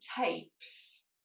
tapes